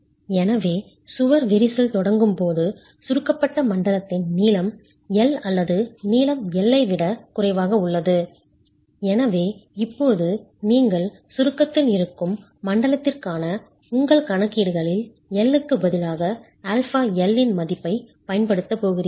எனவே சுவர் விரிசல் தொடங்கும் போது சுருக்கப்பட்ட மண்டலத்தின் நீளம் L அல்லது நீளம் L ஐ விட குறைவாக உள்ளது எனவே இப்போது நீங்கள் சுருக்கத்தில் இருக்கும் மண்டலத்திற்கான உங்கள் கணக்கீடுகளில் L க்கு பதிலாக αL இன் மதிப்பைப் பயன்படுத்தப் போகிறீர்கள்